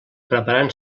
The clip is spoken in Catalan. preparant